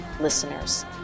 listeners